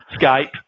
Skype